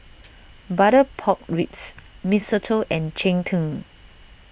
Butter Pork Ribs Mee Soto and Cheng Tng